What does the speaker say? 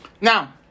Now